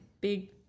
big